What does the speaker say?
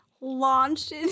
launched